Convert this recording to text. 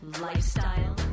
lifestyle